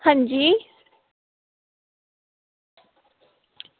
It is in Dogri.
हां जी